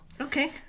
okay